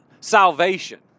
salvation